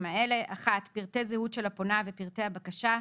האלה: פרטי זהות של הפונה ופרטי הבקשה,